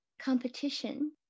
competition